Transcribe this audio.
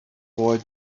boy